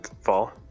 Fall